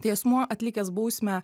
tai asmuo atlikęs bausmę